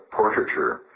portraiture